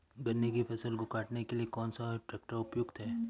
गन्ने की फसल को काटने के लिए कौन सा ट्रैक्टर उपयुक्त है?